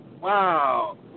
wow